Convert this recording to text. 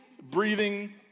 breathing